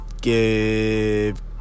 give